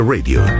Radio